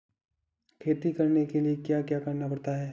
खेती करने के लिए क्या क्या करना पड़ता है?